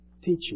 teaching